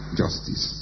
justice